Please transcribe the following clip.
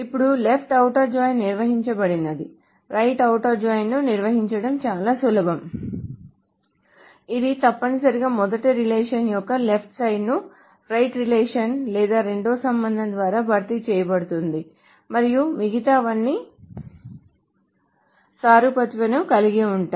ఇప్పుడు left outer join నిర్వచించబడినది right outer join ను నిర్వచించడం చాలా సులభం ఇది తప్పనిసరిగా మొదటి రిలేషన్ యొక్క లెఫ్ట్ సైడ్ ను రైట్ రిలేషన్ లేదా రెండవ సంబంధం ద్వారా భర్తీ చేయబడుతుంది మరియు మిగతావన్నీ సారూప్యతను కలిగి ఉంటాయి